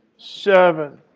seven.